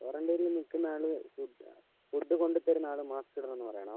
ക്വാറൻറ്റെനിൽ നിൽക്കുന്ന ആളും ഫുഡ് കൊണ്ട് തരുന്ന ആളും മാസ്ക് ഇടണം എന്ന് പറയണം